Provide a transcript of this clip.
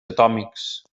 atòmics